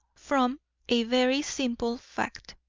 from a very simple fact.